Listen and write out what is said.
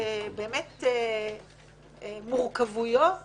המורכבויות